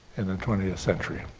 in the twentieth century.